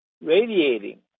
radiating